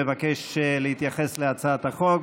מבקש להתייחס להצעת החוק.